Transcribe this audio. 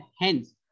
hence